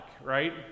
right